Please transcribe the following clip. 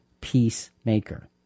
peacemaker